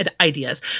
ideas